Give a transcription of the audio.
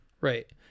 Right